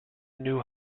knew